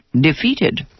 defeated